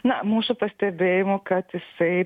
na mūsų pastebėjimu kad jisai